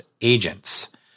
agents